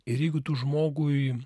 ir jeigu tu žmogui